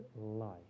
life